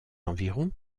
environs